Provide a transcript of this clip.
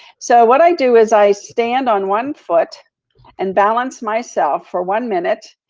so, what i do is i stand on one foot and balance myself for one minute.